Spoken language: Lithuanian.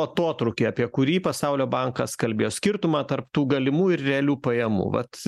atotrūkį apie kurį pasaulio bankas kalbėjo skirtumą tarp tų galimų ir realių pajamų vat